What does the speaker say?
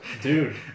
Dude